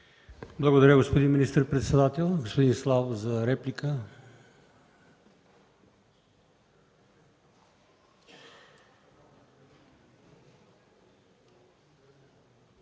Благодаря, господин министър-председател. Господин Славов – за реплика.